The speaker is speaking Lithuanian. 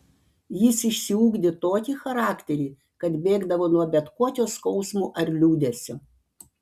jis išsiugdė tokį charakterį kad bėgdavo nuo bet kokio skausmo ar liūdesio